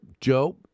Joe